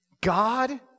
God